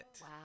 Wow